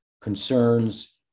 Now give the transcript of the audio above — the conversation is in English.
concerns